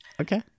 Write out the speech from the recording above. Okay